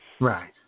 Right